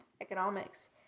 economics